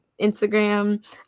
instagram